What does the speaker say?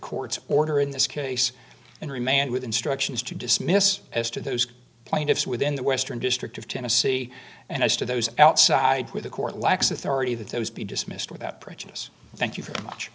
court's order in this case and remained with instructions to dismiss as to those plaintiffs within the western district of tennessee and as to those outside with the court lacks authority that those be dismissed without prejudice thank you very much